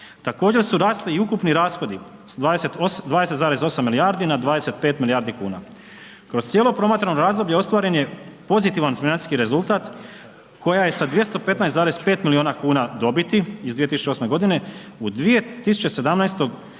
Također su rasli i ukupni rashodi sa 20,8 milijardi na 25 milijardi kuna. Kroz cijelo promatrano razdoblje, ostvaren je pozitivan financijski rezultat, koja je sa 215,5 milijuna kuna dobiti iz 2008.g. u 2017. g.